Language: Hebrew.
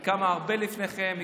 היא קמה הרבה לפניכם,